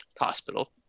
hospital